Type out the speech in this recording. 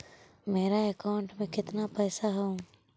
मेरा अकाउंटस में कितना पैसा हउ?